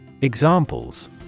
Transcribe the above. Examples